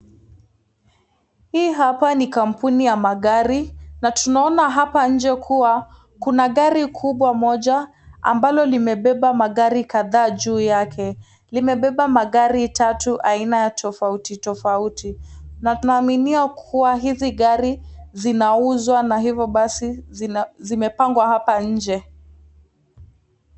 Hii hapa ni kampuni ya magari na tunaona hapa nje kuwa kuna gari kubwa moja ambalo limebeba magari kadhaa juu yake, limebeba magari tatu aina ya tofauti tofauti na tunaaminia kuwa hizi gari zinauzwa na hivo basi zimepangwa hapa nje.